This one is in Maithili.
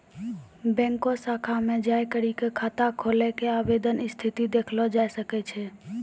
बैंको शाखा मे जाय करी क खाता खोलै के आवेदन स्थिति देखलो जाय सकै छै